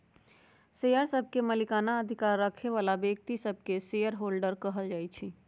share सभके मलिकना अधिकार रखे बला व्यक्तिय सभके शेयर होल्डर कहल जाइ छइ